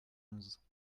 onze